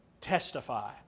testify